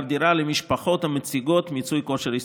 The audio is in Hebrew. דירה למשפחות המציגות מיצוי כושר השתכרות,